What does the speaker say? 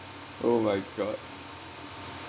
oh my god